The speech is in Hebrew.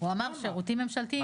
הוא אמר שירותים ממשלתיים.